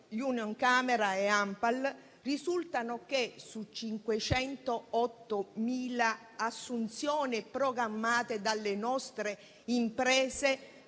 Unioncamere e ANPAL risulta che, su 508.000 assunzioni programmate dalle nostre imprese,